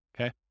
Okay